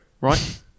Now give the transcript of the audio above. right